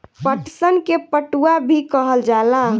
पटसन के पटुआ भी कहल जाला